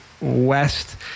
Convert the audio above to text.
west